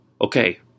Okay